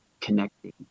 connecting